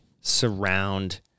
surround